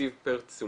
בתקציב פר תשומה